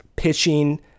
Pitching